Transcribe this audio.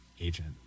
agent